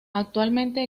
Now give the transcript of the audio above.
actualmente